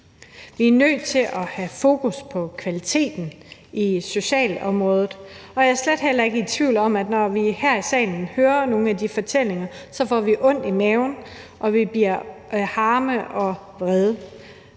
Vi er nødt til at have fokus på kvaliteten på socialområdet, og jeg er slet ikke i tvivl om, at når vi her i salen hører nogle af de fortællinger, så får vi ondt i maven, og vi bliver harme og vrede.